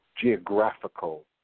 geographical